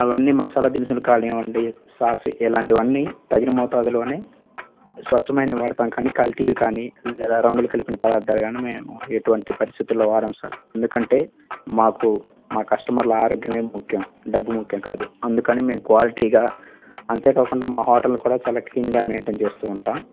అవన్నీ మసాలా దినుసులు కానివ్వండి సాస్ ఇలాంటివన్నీ తగిన మోతాదులోనే స్వచ్ఛమైనవి వాడాతం కానీ కల్తీవి కానీ ఇలా రంగులు కలిపినా పదార్థాలు కాని మేము ఎటువంటి పరిస్థితిలో వాడము సార్ ఎందుకంటే మాకు మా కస్టమర్ల ఆరోగ్యమే ముఖ్యం డబ్బు ముఖ్యం కాదు అందుకనే మేము క్వాలిటీగా అంతేకాకుండా మా హోటల్ కూడా చాలా క్లీన్గా మెయింటైన్ చేస్తుంటాం